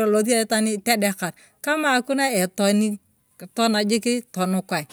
elosi itwaan itedekar kama hakuna etonii totaan jik tonakae.